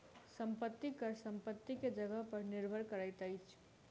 संपत्ति कर संपत्ति के जगह पर निर्भर करैत अछि